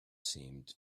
seemed